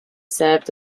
served